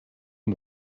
oan